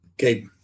Okay